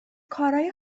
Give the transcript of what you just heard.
کارای